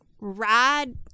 rad